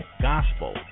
gospel